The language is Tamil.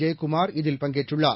ஜெயக்குமார் இதில் பங்கேற்றுள்ளார்